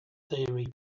theory